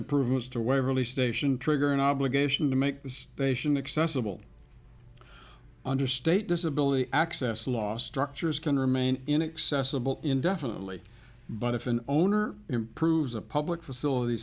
improvements to waverley station trigger an obligation to make the station accessible under state disability access last doctors can remain inaccessible indefinitely but if an owner improves a public facility